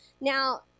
Now